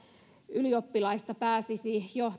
ylioppilaista pääsee jo